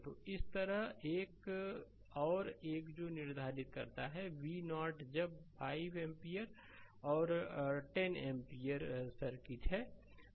तो इसी तरह एक और एक है जो निर्धारित करता है v0 जब 5 एम्पीयर और 10 एम्पीयर सर्किट है